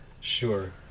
Sure